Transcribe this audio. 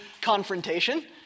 confrontation